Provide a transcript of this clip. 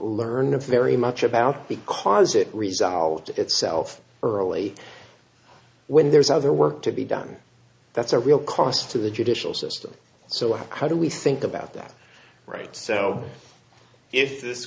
learn of very much about because it resolved itself early when there's other work to be done that's a real cost to the judicial system so how do we think about that right so if this